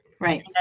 Right